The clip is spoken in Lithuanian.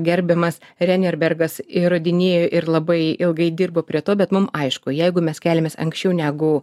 gerbiamas renijerbergas įrodinėjo ir labai ilgai dirbo prie to bet mum aišku jeigu mes keliamės anksčiau negu